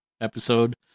episode